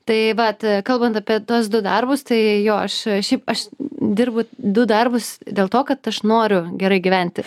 taip vat kalbant apie tuos du darbus tai jo aš šiaip aš dirbu du darbus dėl to kad aš noriu gerai gyventi